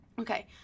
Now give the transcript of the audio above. Okay